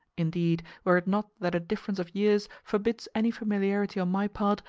indeed, were it not that a difference of years forbids any familiarity on my part,